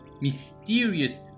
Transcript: Mysterious